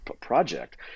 project